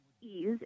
ease